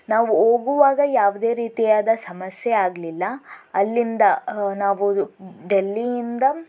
ನಾವು ಹೋಗುವಾಗ ಯಾವುದೇ ರೀತಿಯಾದ ಸಮಸ್ಯೆ ಆಗಲಿಲ್ಲ ಅಲ್ಲಿಂದ ನಾವು ಡೆಲ್ಲಿಯಿಂದ